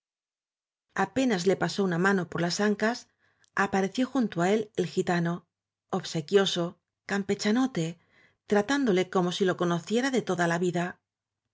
apenas le pasó una mano por las ancas apareció junto á él el gitano obsequioso cam pechanote tratándole como si lo conociera de tola la vida